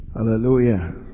Hallelujah